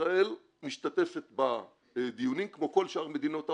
ישראל משתתפת בדיונים כמו כל שאר מדינות העולם,